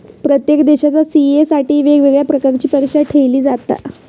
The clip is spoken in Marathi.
प्रत्येक देशाच्या सी.ए साठी वेगवेगळ्या प्रकारची परीक्षा ठेयली जाता